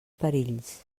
perills